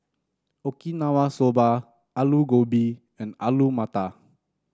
Okinawa Soba Alu Gobi and Alu Matar